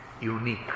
unique